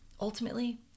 Ultimately